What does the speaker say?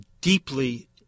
deeply